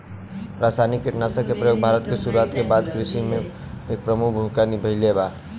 रासायनिक कीटनाशक के प्रयोग भारत में शुरुआत के बाद से कृषि में एक प्रमुख भूमिका निभाइले बा